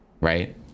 right